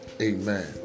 amen